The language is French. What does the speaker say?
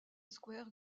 square